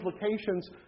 implications